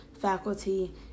faculty